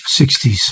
60s